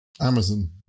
Amazon